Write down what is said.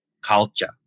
culture